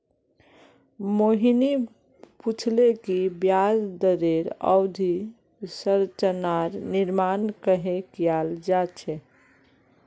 मोहिनी पूछले कि ब्याज दरेर अवधि संरचनार निर्माण कँहे कियाल जा छे